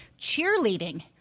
cheerleading